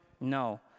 No